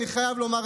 אני חייב לומר,